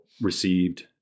received